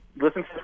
Listen